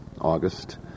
August